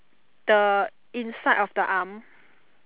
the inside of the arm